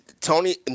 Tony